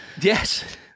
Yes